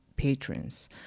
patrons